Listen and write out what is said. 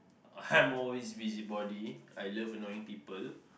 I'm always busybody I love annoying people